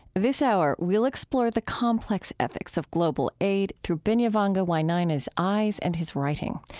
this hour, we'll explore the complex ethics of global aid through binyavanga wainaina's eyes and his writing.